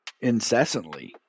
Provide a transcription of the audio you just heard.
incessantly